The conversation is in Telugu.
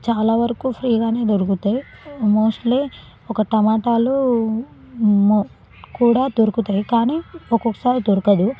చాలావరకు ఫ్రీగానే దొరుకుతాయి మోస్ట్లీ ఒక టమాటాలు మొ కూడా దొరుకుతాయి కానీ ఒక్కొక్కసారి దొరకదు